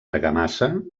argamassa